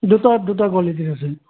দুটা দুটা কোৱালিটিৰ আছে